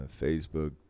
facebook